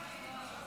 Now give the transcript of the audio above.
גמל)